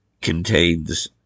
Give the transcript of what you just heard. Contains